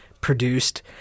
produced